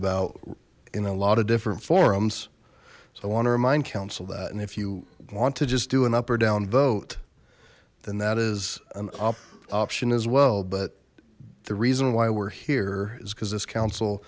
about in a lot of different forums so i want to remind council that and if you want to just do an up or down vote then that is an option as well but the reason why we're here is because this coun